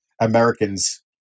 Americans